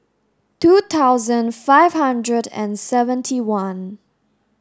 two thousand five hundred and seventy one